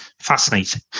fascinating